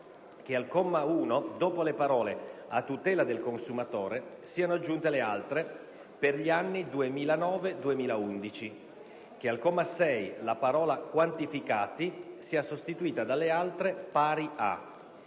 che, al comma 1, dopo le parole "a tutela del consumatore", siano aggiunte le altre "per gli anni 2009‑2011"; che, al comma 6, la parola "quantificati", sia sostituita dalle altre "pari a".